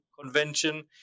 convention